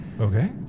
Okay